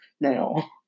now